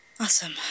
Awesome